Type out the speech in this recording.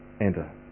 enter